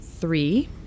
Three